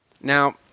Now